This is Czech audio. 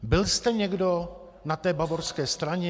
Byl jste někdo na té bavorské straně?